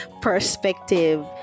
perspective